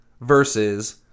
versus